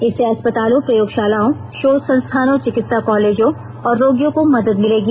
इससे अस्पतालों प्रयोगशालाओं शोध संस्थानों चिकित्सा कॉलेजों और रोगियों को मदद मिलेगी